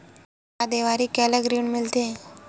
का देवारी के अलग ऋण मिलथे?